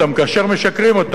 כאשר משקרים אותם.